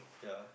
yeah